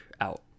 out